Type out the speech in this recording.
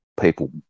people